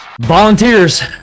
Volunteers